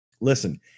Listen